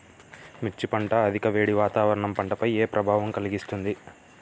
మిర్చి పంట అధిక వేడి వాతావరణం పంటపై ఏ ప్రభావం కలిగిస్తుంది?